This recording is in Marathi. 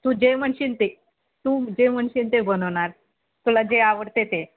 तू जे म्हणशील ते तू जे म्हणशील ते बनवणार तुला जे आवडते ते